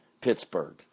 Pittsburgh